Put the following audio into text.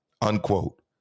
unquote